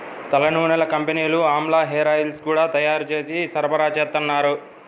తలనూనెల కంపెనీలు ఆమ్లా హేరాయిల్స్ గూడా తయ్యారు జేసి సరఫరాచేత్తన్నారు